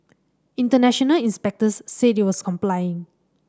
international inspectors said it was complying